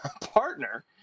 partner